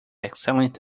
excellent